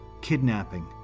kidnapping